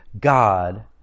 God